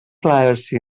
laerci